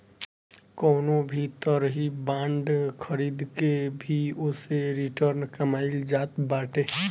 कवनो भी तरही बांड खरीद के भी ओसे रिटर्न कमाईल जात बाटे